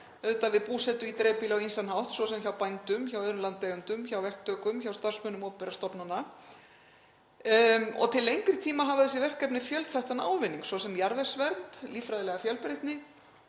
auðvitað við búsetu í dreifbýli á ýmsan hátt, svo sem hjá bændum, öðrum landeigendum, verktökum og starfsmönnum opinberra stofnana. Til lengri tíma hafa þessi verkefni fjölþættan ávinning, svo sem jarðvegsvernd, líffræðilega fjölbreytni,